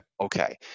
Okay